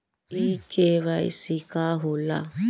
इ के.वाइ.सी का हो ला?